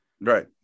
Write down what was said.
Right